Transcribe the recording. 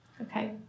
Okay